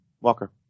Walker